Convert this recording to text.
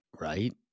Right